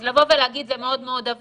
אז לבוא להגיד שזה מאוד מאוד עבד,